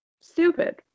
Stupid